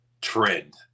trend